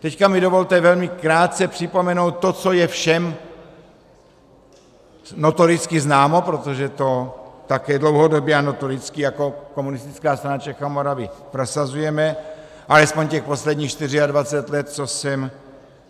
Teď mi dovolte velmi krátce připomenout to, co je všem notoricky známo, protože to také dlouho dobíhá, notoricky, jako Komunistická strana Čech a Moravy prosazujeme, alespoň těch posledních čtyřiadvacet let, co jsem